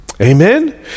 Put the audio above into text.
Amen